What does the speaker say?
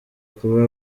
kuba